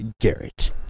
Garrett